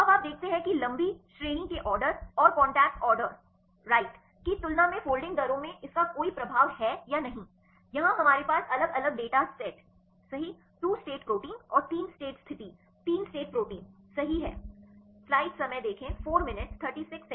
अब आप देखते हैं कि लंबी श्रेणी के ऑर्डर और कॉन्टैक्ट ऑर्डर राइट की तुलना में फोल्डिंग दरों में इसका कोई प्रभाव है या नहीं यहां हमारे पास अलग अलग डेटा सेट सही 2 स्टेट प्रोटीन और 3 स्टेट स्थिति 3 स्टेट प्रोटीन सही हैं